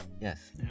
Yes